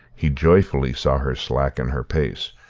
he joyfully saw her slacken her pace,